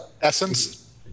essence